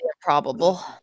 probable